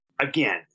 again